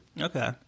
Okay